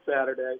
Saturday